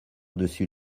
dessus